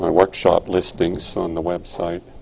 my workshop listings on the website